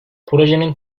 projenin